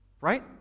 Right